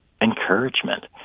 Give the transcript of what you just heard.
encouragement